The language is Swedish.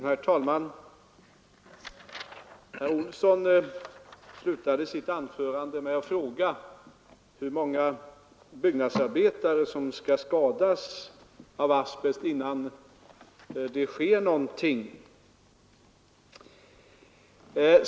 Herr talman! Herr Olsson i Stockholm slutade sitt anförande med att fråga hur många byggnadsarbetare som skall skadas av asbest innan det sker någonting.